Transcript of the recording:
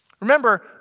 Remember